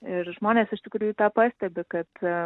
ir žmonės iš tikrųjų tą pastebi kad